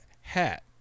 hat